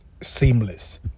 seamless